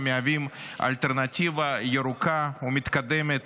המהווים אלטרנטיבה ירוקה ומתקדמת